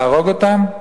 להרוג אותם?